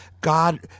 God